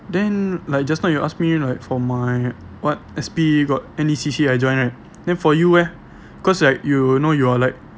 then like just now you ask me like for my what S_P got any C_C_A I join right then for you eh cause like you know you are like